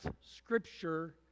scripture